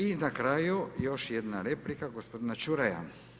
I na kraju još jedna replika, gospodina Čuraja.